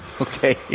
Okay